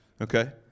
okay